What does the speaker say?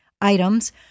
items